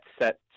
set